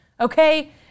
okay